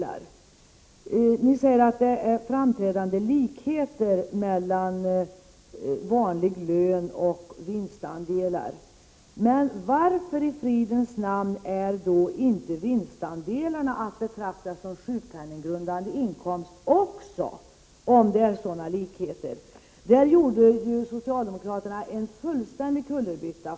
Ni säger att det finns framträdande likheter mellan vanlig lön och vinstandelar. Men varför i fridens namn är då inte vinstandelarna att betrakta som sjukpenninggrundande inkomst, om det nu finns sådana likheter? Där gör socialdemokraterna en fullständig kullerbytta.